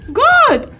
good